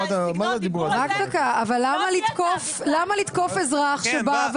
אתה לא תדבר כך לחבר כנסת.